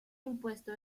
impuesto